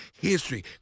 history